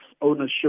ownership